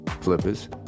flippers